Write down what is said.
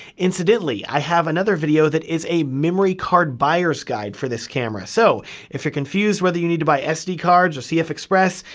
incidentally, i have another video that is a memory card buyer's guide for this camera. so if you're confused whether you need to buy sd cards or cfexpress,